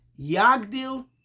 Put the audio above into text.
yagdil